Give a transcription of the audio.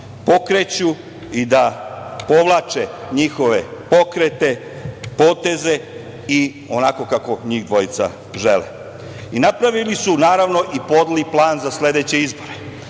pokreću i povlače njihove pokrete, poteze onako kako njih dvojica žele. Napravili su, naravno, i podli plan za sledeće izbore.